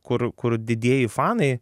kur kur didieji fanai